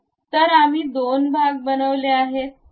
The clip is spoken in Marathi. तर आम्ही दोन भाग बनवले आहेत